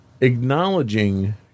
Acknowledging